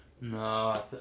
no